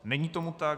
Není tomu tak.